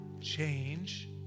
change